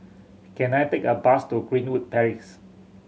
can I take a bus to Greenwood Palace